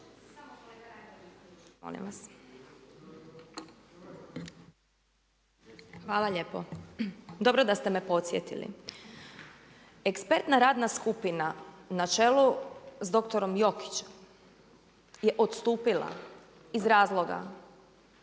Hvala lijepo. Dobro da ste me podsjetili. Ekspertna radna skupina na čelu s doktorom Jokićem je odstupila iz razloga